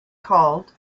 called